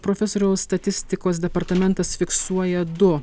profesoriaus statistikos departamentas fiksuoja du